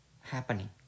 happening